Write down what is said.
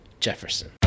Jefferson